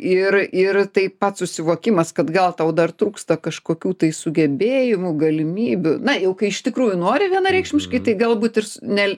ir ir taip pat susivokimas kad gal tau dar trūksta kažkokių tai sugebėjimų galimybių na jau kai iš tikrųjų nori vienareikšmiškai tai galbūt ir s ne